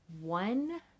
one